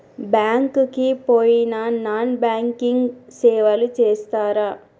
Bank కి పోయిన non banking సేవలు చేస్తరా?